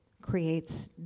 creates